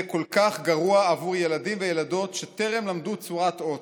כל כך גרוע עבור ילדים וילדות שטרם למדו צורת אות.